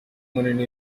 munini